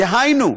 דהיינו,